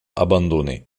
abandonnée